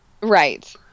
Right